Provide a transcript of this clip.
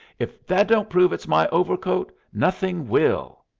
if that don't prove it's my overcoat nothing will.